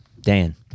Dan